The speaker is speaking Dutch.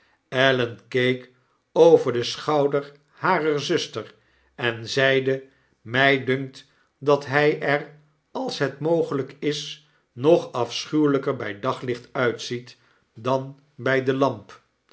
ellen keek over den schouder harer zuster en zeide mij dunkt dat hi er als het mo gelijk is nog afschuweiyker by daglicht uitziet dan by de lamp